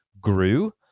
grew